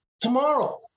tomorrow